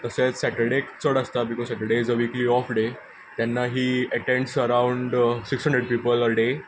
तशेंच सेटरडे चड आसतात लोक कारण Saturday is a weekly off day तेन्ना ही attends around six hundred people a day